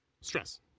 stress